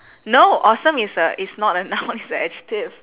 no awesome is a is not a noun it's a adjective